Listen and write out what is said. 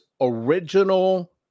original